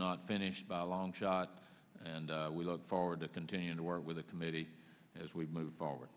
not finished by a long shot and we look forward to continuing to work with the committee as we move forward